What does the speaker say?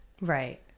right